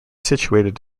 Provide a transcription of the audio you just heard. situated